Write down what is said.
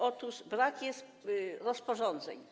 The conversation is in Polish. Otóż brak jest rozporządzeń.